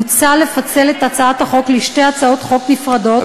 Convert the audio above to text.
מוצע לפצל את הצעת החוק לשתי הצעות חוק נפרדות,